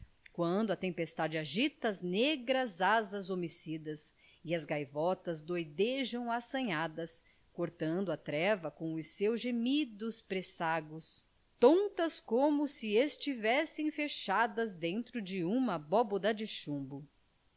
quando a tempestade agita as negras asas homicidas e as gaivotas doidejam assanhadas cortando a treva com os seus gemidos pressagos tontas como se estivessem fechadas dentro de uma abóbada de chumbo